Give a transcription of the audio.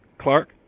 Clark